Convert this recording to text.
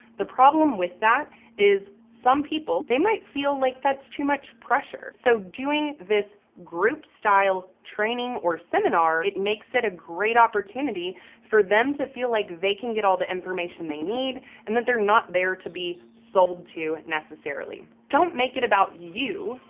the problem with that is some people, they might feel like that's too much pressure. so doing this group style training or seminar, it makes it a great opportunity for them to feel like they can get all the information they need and that they're not there to be sold to necessarily. don't make it about you,